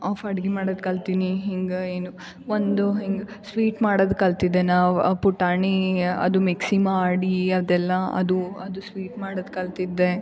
half ಅಡುಗೆ ಮಾಡೋದ್ ಕಲ್ತಿನಿ ಹಿಂಗೆ ಏನು ಒಂದು ಹಿಂಗೆ ಸ್ವೀಟ್ ಮಾಡೋದ್ ಕಲ್ತಿದ್ದೇ ನಾ ಅವು ಪುಟಾಣಿ ಅದು ಮಿಕ್ಸಿ ಮಾಡಿ ಅದೆಲ್ಲ ಅದು ಅದು ಸ್ವೀಟ್ ಮಾಡೋದ್ ಕಲ್ತಿದ್ದೆ